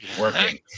Working